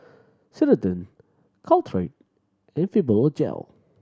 Ceradan Caltrate and Fibogel